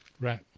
right